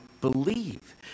believe